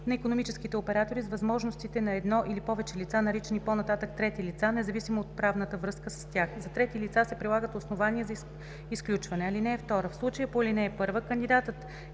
на икономическите оператори с възможностите на едно или повече лица, наричани по-нататък „трети лица“, независимо от правната връзка с тях. За третите лица се прилагат основанията за изключване. (2) В случая по ал. 1 кандидатът